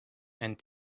and